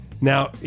Now